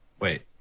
wait